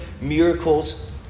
Miracles